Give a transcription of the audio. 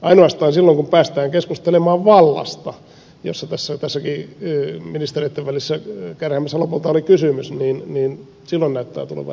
ainoastaan silloin kun päästään keskustelemaan vallasta josta tässäkin ministereitten välisessä kärhämässä lopulta oli kysymys näyttää tulevan erimielisyyksiä